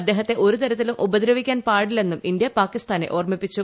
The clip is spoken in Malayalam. അദ്ദേഹത്തെ ഒരു തരത്തിലും ഉപദ്രവിക്കാൻ പാടില്ലെന്നും ഇന്ത്യ പാകിസ്ഥാനെ ഓർമ്മിപ്പിച്ചു